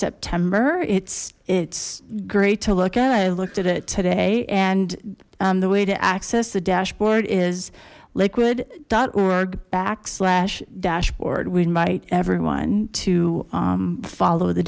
september it's it's great to look at i looked at it today and the way to access the dashboard is liquid org backslash dashboard we invite everyone to follow the